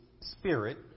spirit